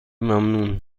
ممنون